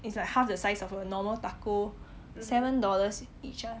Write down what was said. it's like half the size of a normal taco seven dollars each ah